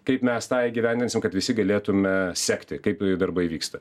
kaip mes tą įgyvendinsim kad visi galėtume sekti kaip darbai vyksta